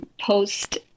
post